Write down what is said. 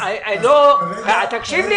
תקשיב,